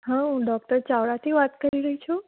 હા હું ડૉક્ટર ચાવડાથી વાત કરી રહી છું